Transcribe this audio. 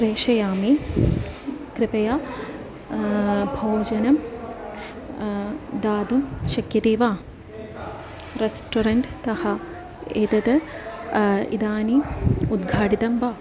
प्रेषयामि कृपया भोजनं दातुं शक्यते वा रेस्टोरेण्ट्तः एतत् इदानीम् उद्घाटितं वा